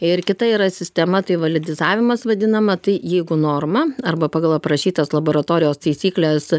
ir kita yra sistema tai validizavimas vadinama tai jeigu norma arba pagal aprašytas laboratorijos taisykles